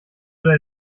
oder